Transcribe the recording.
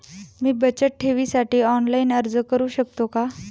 मी बचत ठेवीसाठी ऑनलाइन अर्ज करू शकतो का?